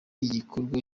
igikorwa